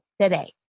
today